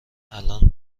الان